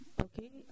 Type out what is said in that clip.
okay